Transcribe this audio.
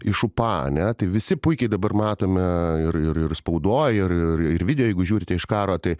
iš upa ane tai visi puikiai dabar matome ir ir ir spaudoj ir ir video jeigu žiūrite iš karo tai